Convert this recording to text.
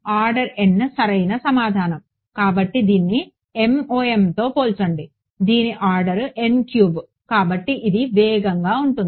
order n సరైన సమాధానం కాబట్టి దీన్ని MoMతో పోల్చండి దీని ఆర్డర్ కాబట్టి ఇది వేగంగా ఉంటుంది